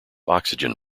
oxygen